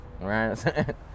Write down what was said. right